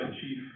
chief